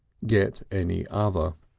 get any other.